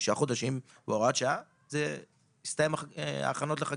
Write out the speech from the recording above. תשעה חודשים או הוראת שעה יסתיימו ההכנות לחקיקה.